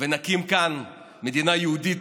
ונקים כאן מדינה יהודית,